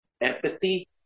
empathy